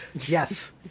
Yes